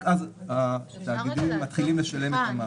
רק אז התאגידים מתחילים לשלם את ההיטל.